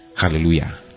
Hallelujah